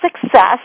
Success